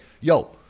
yo